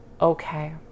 Okay